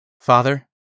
Father